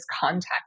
context